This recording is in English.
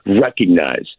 recognize